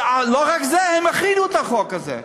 ולא רק זה, הם הכינו את החוק הזה.